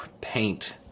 paint